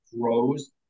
grows